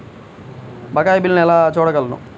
బకాయి బిల్లును నేను ఎలా చూడగలను?